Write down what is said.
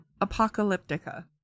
apocalyptica